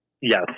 Yes